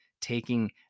taking